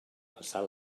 passat